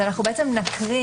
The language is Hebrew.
אז אנחנו בעצם נקריא,